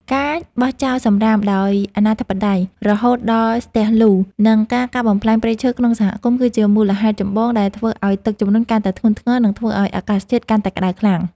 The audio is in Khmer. ការបោះចោលសំរាមដោយអនាធិបតេយ្យរហូតដល់ស្ទះលូ និងការកាប់បំផ្លាញព្រៃឈើក្នុងសហគមន៍ គឺជាមូលហេតុចម្បងដែលធ្វើឱ្យទឹកជំនន់កាន់តែធ្ងន់ធ្ងរ និងធ្វើឱ្យអាកាសធាតុកាន់តែក្ដៅខ្លាំង។